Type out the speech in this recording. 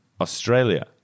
Australia